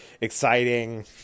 exciting